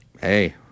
hey